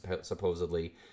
supposedly